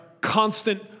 constant